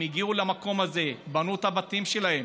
הם הגיעו למקום הזה, בנו את הבתים שלהם.